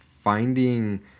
finding